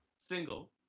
single